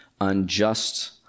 unjust